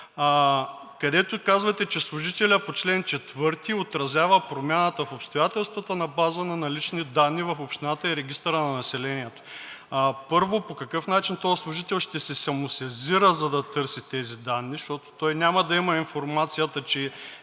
където казвате, че служителят по чл. 4 отразява промяната в обстоятелствата на база на налични данни в общината и регистъра на населението. Първо, по какъв начин този служител ще се самосезира, за да търси тези данни, защото той няма да има информацията, че